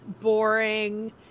boring